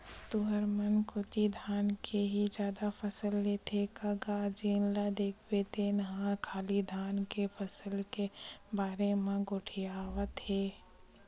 तुंहर मन कोती धान के ही जादा फसल लेथे का गा जेन ल देखबे तेन ह खाली धान के फसल के बारे म गोठियावत हे?